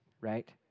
right